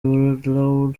raul